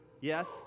Yes